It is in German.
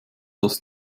dass